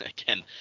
Again